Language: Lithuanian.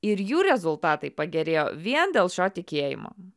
ir jų rezultatai pagerėjo vien dėl šio tikėjimo